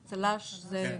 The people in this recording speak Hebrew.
ימינה.